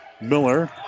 Miller